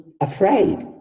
afraid